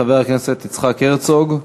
חבר הכנסת יצחק הרצוג,